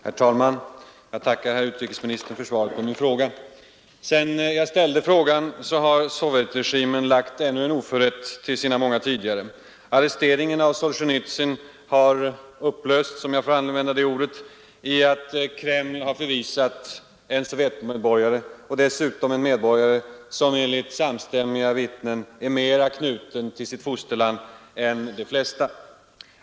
Herr talman! Jag tackar herr utrikesministern för svaret på min fråga. Sedan jag ställde frågan har Sovjetregimen lagt ännu en oförrätt till sina många tidigare. Arresteringen av Solzjenitsyn har upplösts — om jag får använda det ordet — i att Kreml har förvisat en sovjetmedborgare, dessutom en människa som enligt samstämmiga vittnen är mera knuten till sitt fosterland än de flesta.